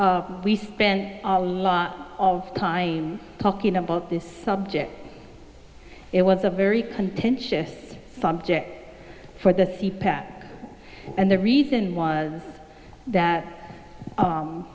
pack we spent a lot of time talking about this subject it was a very contentious subject for the c pat and the reason was that